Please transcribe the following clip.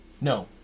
No